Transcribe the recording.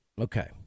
Okay